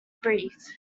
brief